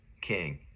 king